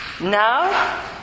now